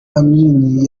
amin